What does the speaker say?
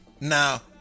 now